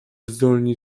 zdolni